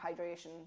hydration